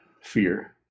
Fear